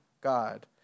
God